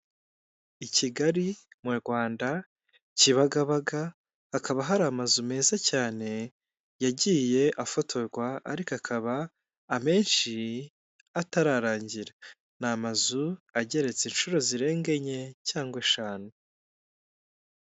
I Kigali mu Rwanda, Kibagabaga, hakaba hari amazu meza cyane yagiye afotorwa, ariko akaba amenshi atararangira, ni amazu ageretse inshuro zirenga enye cyangwa eshanu.